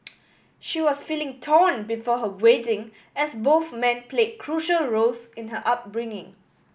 she was feeling torn before her wedding as both men played crucial roles in her upbringing